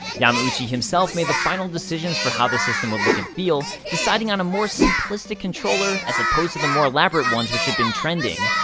yamauchi himself made the final decisions for how the system would look and feel, deciding on a more simplistic controller, as opposed to the more elaborate ones which had been trending.